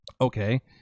Okay